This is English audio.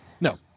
no